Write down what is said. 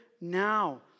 now